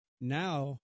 now